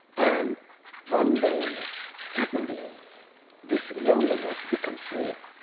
and one day suddenly this loneliness becomes real.